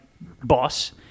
boss